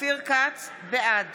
בעד